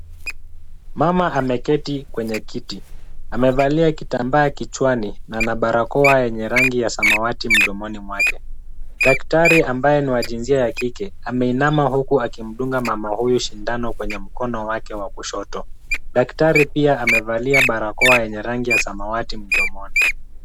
Mama ameketi kwenye kiti, amevalia kitambaa kichwani na ana barakoa yenye rangi ya samawati mdomoni mwake. Daktari ambaye ni wa jinsia ya kike, ameinama huku akimdunga mama huyu sindano kwenye mkono wake wa kushoto. Daktari pia amevalia barakoa yenye rangi ya samawati mdomoni.